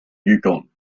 yukon